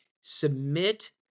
submit